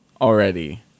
already